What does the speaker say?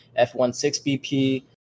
F16BP